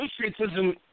patriotism